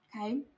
okay